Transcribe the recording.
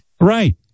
Right